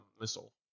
missile